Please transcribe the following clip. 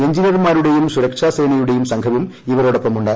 എഞ്ചിനീയർമാരുടെയും സുരക്ഷാസേനയുടെയും സംഘവും ഇവരോടൊപ്പം ഉണ്ട്